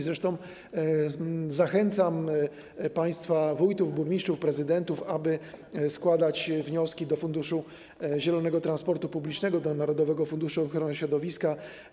Zresztą zachęcam państwa wójtów, burmistrzów, prezydentów, aby składać wnioski do programu „Zielony transport publiczny”, do narodowego funduszu ochrony środowiska.